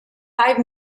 five